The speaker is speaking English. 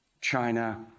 China